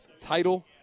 title